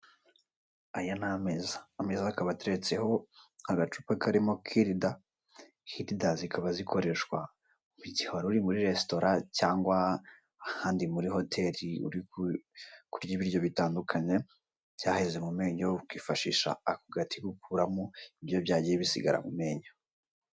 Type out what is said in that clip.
Aya ni ameza, ameza akaba ateretseho agacupa karimo kirida. Kirida zikaba zikoreshwa mu gihe wari uri muri resitora cyangwa ahandi muri hoteli, uri kurya ibiryo bitandukanye, byaheze mu menyo. Ukifashisha ako gati gukuramo ibiryo byagiye bisigara mu menyo.